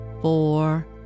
four